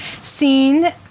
seen